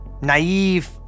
naive